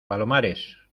palomares